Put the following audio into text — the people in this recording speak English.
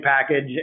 package